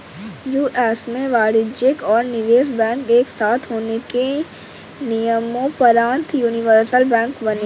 US में वाणिज्यिक और निवेश बैंक एक साथ होने के नियम़ोंपरान्त यूनिवर्सल बैंक बने